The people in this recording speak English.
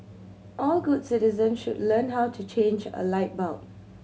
all good citizens should learn how to change a light bulb